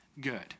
good